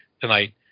Tonight